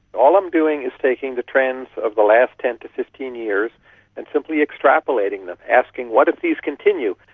all i'm doing is taking the trends of the last ten to fifteen years and simply extrapolating them, asking what if these continue?